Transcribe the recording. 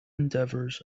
endeavors